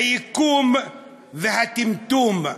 היקום, והטמטום.